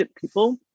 people